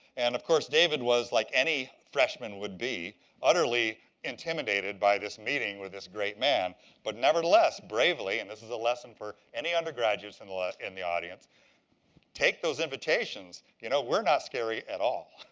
and of course, david was like any freshman would be utterly intimidated by this meeting with this great man but, nevertheless, bravely and this is a lesson for any undergraduates in the in the audience take those invitations. you know, we're not scary at all.